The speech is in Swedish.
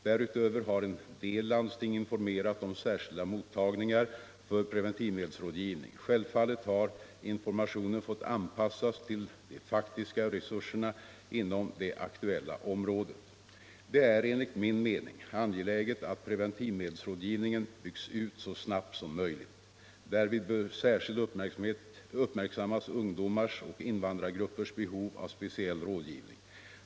Därutöver har en del landsting informerat om särskilda mottagningar för preventivmedelsrådgivning. Självfallet har informationen fått anpassas till de faktiska resurserna inom det aktuella området. Det är enligt min mening angeläget att preventivmedelsrådgivningen byggs ut så snabbt som möjligt. Därvid bör särskilt uppmärksammas ungdomars och invandrargruppers behov av speciell rådgivning.